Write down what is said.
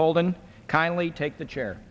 holden kindly take the chair